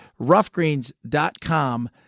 Roughgreens.com